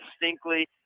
distinctly